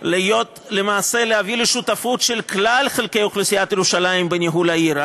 ולמעשה להביא לשותפות של כלל חלקי אוכלוסיית ירושלים בניהול העיר.